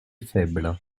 faible